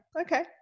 okay